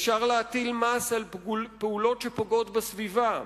אפשר להטיל מס על פעולות שפוגעות בסביבה,